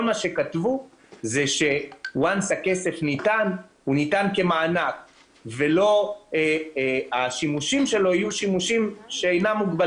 כל מה שכתבו שהכסף ניתן כמענק והשימושים שלו אינם מוגבלים.